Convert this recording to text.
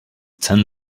ten